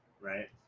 right